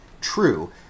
true